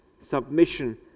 Submission